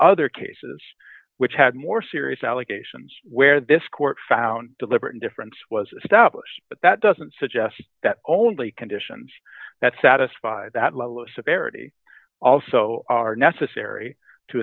other cases which had more serious allegations where this court found deliberate indifference was established but that doesn't suggest that only conditions that satisfy that lawless of parity also are necessary to